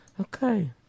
Okay